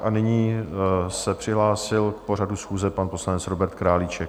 A nyní s přihlásil k pořadu schůze pan poslanec Robert Králíček.